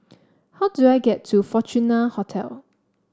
how do I get to Fortuna Hotel